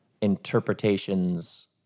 interpretations